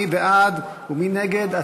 מי בעד ומי נגד?